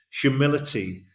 humility